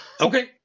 Okay